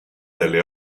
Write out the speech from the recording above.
delle